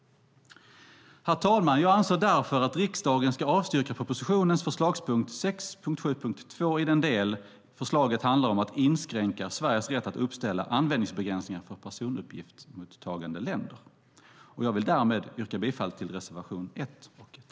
Herr talman! Jag anser därför att riksdagen ska avslå propositionens förslagspunkt 6.7.2 i den del förslaget handlar om att inskränka Sveriges rätt att uppställa användningsbegränsningar för personuppgiftsmottagande länder. Jag vill därmed yrka bifall till reservation 1.